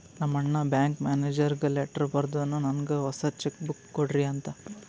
ನಮ್ ಅಣ್ಣಾ ಬ್ಯಾಂಕ್ ಮ್ಯಾನೇಜರ್ಗ ಲೆಟರ್ ಬರ್ದುನ್ ನನ್ನುಗ್ ಹೊಸಾ ಚೆಕ್ ಬುಕ್ ಕೊಡ್ರಿ ಅಂತ್